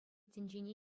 тӗнчене